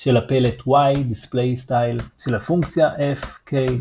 של הפלט y \displaystyle y של הפונקציה F k \displaystyle F_{k}